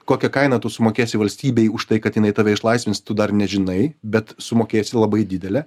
kokią kainą tu sumokėsi valstybei už tai kad jinai tave išlaisvins tu dar nežinai bet sumokėsi labai didelę